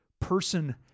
person